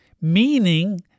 meaning